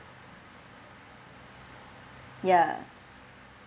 ya